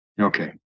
okay